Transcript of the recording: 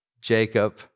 Jacob